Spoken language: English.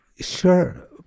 Sure